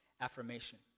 affirmation